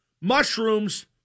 mushrooms